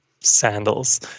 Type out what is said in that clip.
sandals